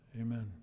Amen